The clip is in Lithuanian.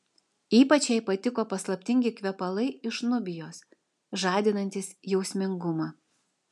ypač jai patiko paslaptingi kvepalai iš nubijos žadinantys jausmingumą